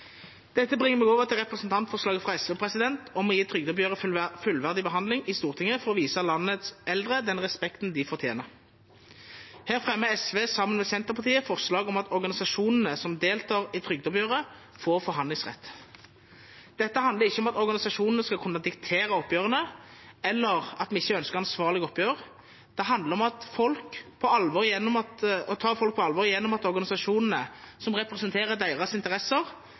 Dette bringer meg over til representantforslaget fra SV om å gi trygdeoppgjøret fullverdig behandling i Stortinget for å vise landets eldre den respekten de fortjener. Her fremmer SV sammen med Senterpartiet forslag om at organisasjonene som deltar i trygdeoppgjøret, får forhandlingsrett. Dette handler ikke om at organisasjonene skal kunne diktere oppgjørene, eller at vi ikke ønsker ansvarlige oppgjør; det handler om å ta folk på alvor gjennom at organisasjonene som representerer deres interesser,